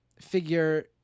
figure